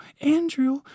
Andrew